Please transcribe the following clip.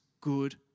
good